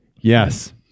Yes